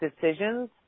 decisions